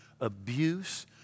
abuse